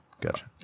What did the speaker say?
Gotcha